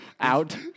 out